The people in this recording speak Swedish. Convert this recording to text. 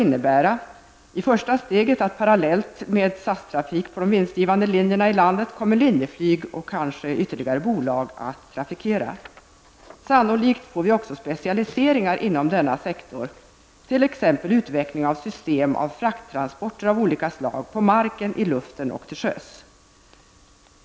Detta kommer i det första steget att innebära att Linjeflyg och kanske ytterligare bolag parallellt med SAS kommer att trafikera de vinstgivande linjerna inom landet. Sannolikt får vi också specialiseringar inom denna sektor, t.ex. utveckling av system för frakttransporter av olika slag -- på marken, i luften och till sjöss.